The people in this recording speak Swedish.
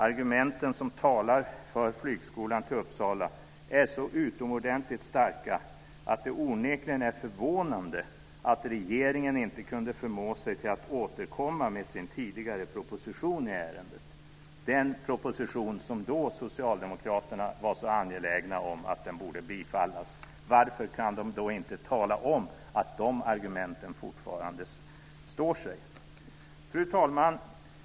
Argumenten som talar för en flygskola i Uppsala är så utomordentligt starka att det onekligen är förvånande att regeringen inte kunde förmå sig att återkomma med sin tidigare proposition i ärendet, den proposition som Socialdemokraterna då var så angelägna om att den borde bifallas. Varför kan de inte tala om att de argumenten fortfarande står sig? Fru talman!